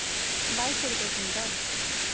बाईस सौ रुपये कुंटल